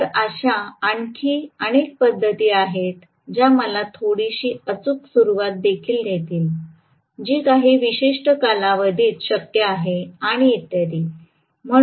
तर अशा आणखी अनेक पद्धती आहेत ज्या मला थोडीशी अचूक सुरुवात देखील देतील जी काही विशिष्ट कालावधीत शक्य आहे आणि इत्यादी